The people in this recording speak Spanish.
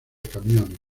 camiones